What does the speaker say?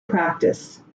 practice